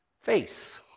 face